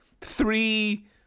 three